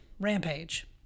Rampage